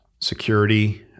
security